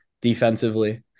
defensively